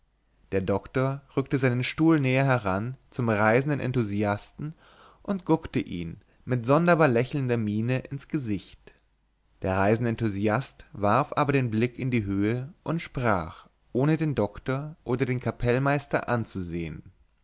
der doktor rückte seinen stuhl näher heran zum reisenden enthusiasten und guckte ihm mit sonderbar lächelnder miene ins gesicht der reisende enthusiast warf aber den blick in die höhe und sprach ohne den doktor oder den kapellmeister anzusehen